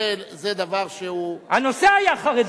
זה דבר שהוא, הנושא היה חרדי.